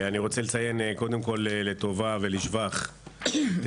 אני רוצה לציין קודם כל לטובה ולשבח את